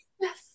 Yes